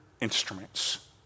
instruments